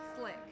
Slick